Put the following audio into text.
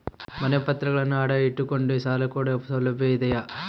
ಮನೆ ಪತ್ರಗಳನ್ನು ಅಡ ಇಟ್ಟು ಕೊಂಡು ಸಾಲ ಕೊಡೋ ಸೌಲಭ್ಯ ಇದಿಯಾ?